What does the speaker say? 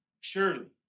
surely